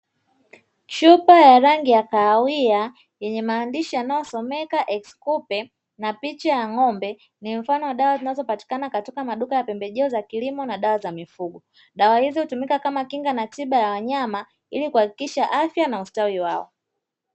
Chupa ya rangi ya kahawia yenye maandishi yanayosomeka ''EX-KUPE'' na picha ya ng'ombe ni mfano wa dawa zinazo patikana katika maduka ya pembejeo za kilimo na dawa za mifugo, dawa hizo hutumika kama kinga na tiba za wanyama ili kuhakikisha afya na ustawi wao.